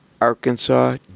Arkansas